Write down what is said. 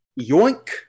Yoink